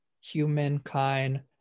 humankind